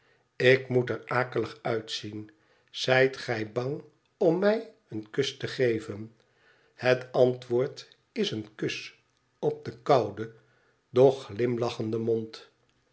ik moet er akelig uitzien zijt gij bang om mij een kus te geven het antwoord is een kus op den kouden doch glimlachenden mond